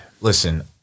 Listen